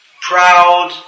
proud